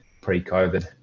pre-COVID